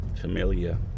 familiar